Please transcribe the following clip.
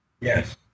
Yes